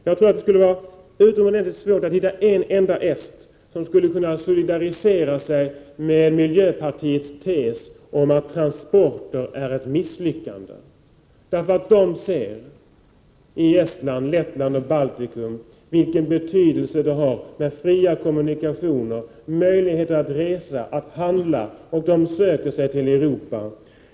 Jag tror att det skulle vara utomordentligt svårt att hitta en enda est som skulle kunna solidarisera sig med miljöpartiets tes om att transporter är ett misslyckande. I Estland, Lettland och Baltikum i övrigt ser man nämligen vilken betydelse fria kommunikationer har, vad det betyder att ha möjligheter att resa och handla. De söker sig till Europa.